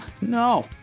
No